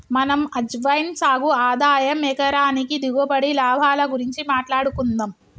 మనం అజ్వైన్ సాగు ఆదాయం ఎకరానికి దిగుబడి, లాభాల గురించి మాట్లాడుకుందం